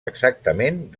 exactament